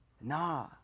Nah